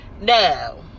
No